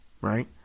Right